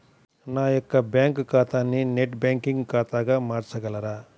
నా యొక్క బ్యాంకు ఖాతాని నెట్ బ్యాంకింగ్ ఖాతాగా మార్చగలరా?